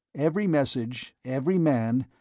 every message, every man,